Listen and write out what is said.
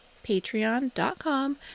patreon.com